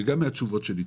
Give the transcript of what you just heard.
וגם מהתשובות שניתנו.